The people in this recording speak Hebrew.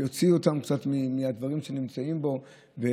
להוציא אותם קצת מהדברים שהם נמצאים בהם,